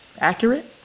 accurate